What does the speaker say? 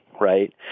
right